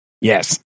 Yes